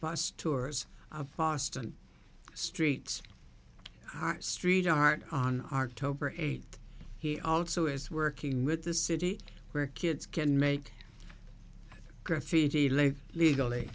bus tours a boston street street art on october eighth he also is working with the city where kids can make graffiti like legally